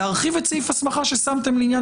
להרחיב את סעיף ההסמכה ששמתם לעניין